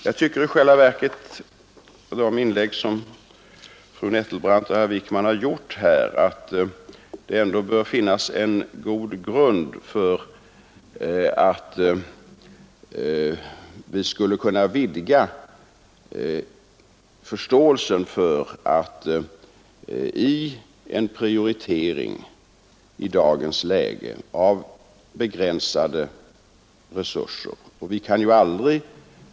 Jag tycker i själva verket, efter de inlägg som fru Nettelbrandt och herr Wijkman har gjort, att det ändå bör finnas en god grund för att vi skulle kunna vidga förståelsen för att det i dagens läge måste göras en prioritering av begränsade resurser.